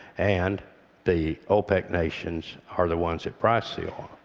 and the opec nations are the ones that price the oil.